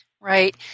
Right